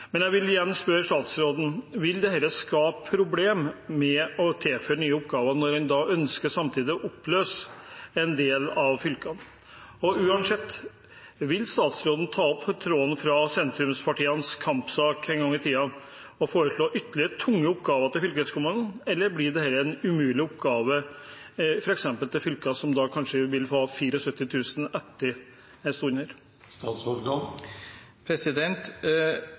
Jeg vil igjen spørre statsråden: Vil det skape problemer med å tilføre nye oppgaver når man samtidig ønsker å oppløse en del av fylkene? Og uansett: Vil statsråden ta opp tråden fra sentrumspartienes kampsak en gang i tiden og foreslå ytterligere tunge oppgaver til fylkeskommunene, eller blir dette en umulig oppgave, f.eks. for fylker som da kanskje vil